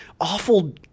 awful